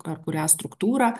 ar kurią struktūrą